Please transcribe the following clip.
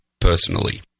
personally